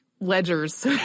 ledgers